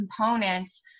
components